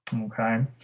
Okay